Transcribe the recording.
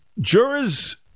jurors